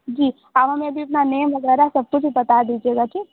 जी आप हमें अभी अपना नेम वग़ैरह सब कुछ बता दीजिएगा ठीक